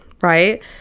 right